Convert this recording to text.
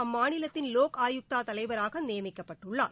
அம்மாநிலத்தின் வோக் ஆயுக்தா தலைவராக நியமிக்கப்பட்டுள்ளார்